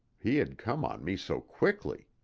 he had come on me so quickly.